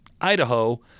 Idaho